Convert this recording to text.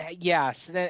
yes